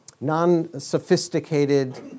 non-sophisticated